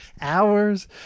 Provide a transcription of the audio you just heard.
hours